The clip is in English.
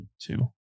two